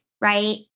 right